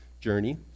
journey